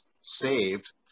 saved